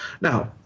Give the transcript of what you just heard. Now